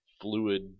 fluid